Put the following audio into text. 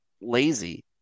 lazy